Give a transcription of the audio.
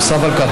נוסף על כך,